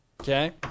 Okay